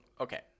Okay